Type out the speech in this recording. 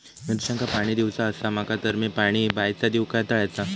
मिरचांका पाणी दिवचा आसा माका तर मी पाणी बायचा दिव काय तळ्याचा?